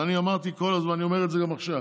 ואני אמרתי כל הזמן, ואני אומר את זה גם עכשיו: